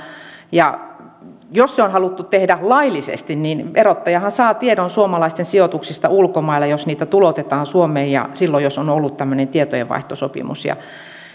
ja jos se on haluttu tehdä laillisesti niin verottajahan saa tiedon suomalaisten sijoituksista ulkomailla jos niitä tuloutetaan suomeen ja silloin jos on ollut tämmöinen tietojenvaihtosopimus